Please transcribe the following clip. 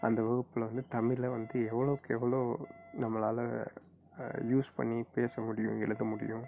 அந்த வகுப்பில் வந்து தமிழில் வந்து எவ்வளோக்கு எவ்வளோ நம்மளால் யூஸ் பண்ணி பேச முடியும் எழுத முடியும்